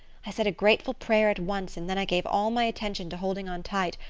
i said a grateful prayer at once and then i gave all my attention to holding on tight,